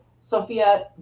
Sophia